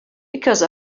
because